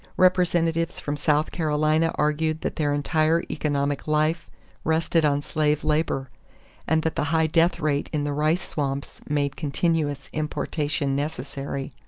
representatives from south carolina argued that their entire economic life rested on slave labor and that the high death rate in the rice swamps made continuous importation necessary.